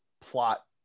plot